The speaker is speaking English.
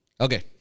Okay